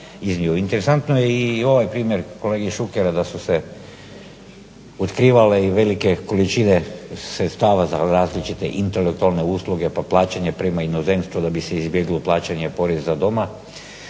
Interesantno je, i ovaj primjer kolege Šukera da su se otkrivale i velike količine sredstava za različite intelektualne usluge, pa plaćanje prema inozemstvu da bi se izbjeglo plaćanje poreza doma,